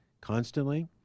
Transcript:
constantly